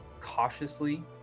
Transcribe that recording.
cautiously